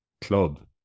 club